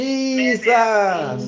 Jesus